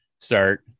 start